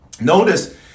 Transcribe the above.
Notice